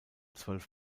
zwölf